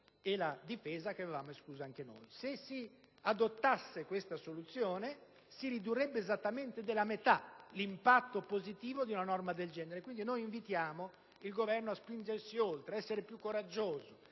e la difesa che avevamo escluso anche noi. Se si adottasse questa soluzione si ridurrebbe esattamente della metà l'impatto positivo di una norma del genere. Quindi, invitiamo il Governo a spingersi oltre, ad essere più coraggioso,